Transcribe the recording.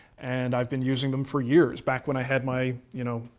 and i've been using them for years, back when i had my, you know,